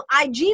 IG